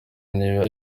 niba